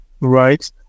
right